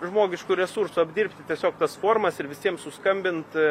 žmogiškų resursų apdirbti tiesiog tas formas ir visiems suskambint